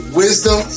wisdom